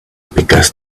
because